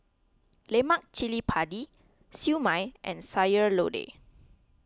Lemak Cili Padi Siew Mai and Sayur Lodeh